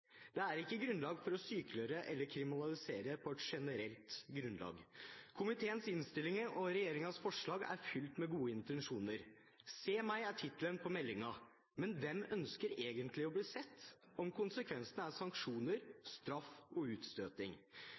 Det er ikke grunnlag for å sykeliggjøre eller kriminalisere på et generelt grunnlag. Komiteens innstilling og regjeringens forslag er fylt med gode intensjoner. Se meg! er tittelen på meldingen. Men hvem ønsker egentlig å bli sett om konsekvensene er sanksjoner, straff og utstøting?